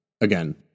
Again